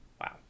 Wow